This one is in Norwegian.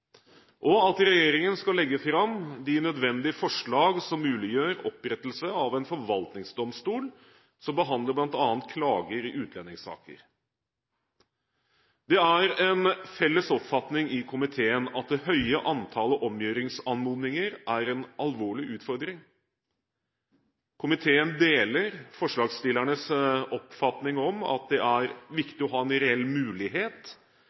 og at regjeringen skal legge fram de nødvendige forslag som muliggjør opprettelse av en forvaltningsdomstol som behandler bl.a. klager i utlendingssaker. Det er en felles oppfatning i komiteen at det høye antallet omgjøringsanmodninger er en alvorlig utfordring. Komiteen deler forslagsstillernes oppfatning om at det er viktig å ha en reell mulighet